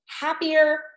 happier